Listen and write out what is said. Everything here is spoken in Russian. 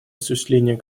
осуществление